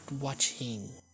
watching